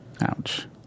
Ouch